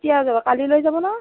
কেতিয়া যাব কালিলৈ যাব নে